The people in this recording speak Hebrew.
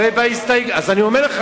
לפי החוק, לא.